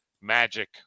Magic